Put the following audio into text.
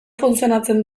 funtzionatzen